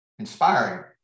inspiring